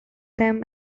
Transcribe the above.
them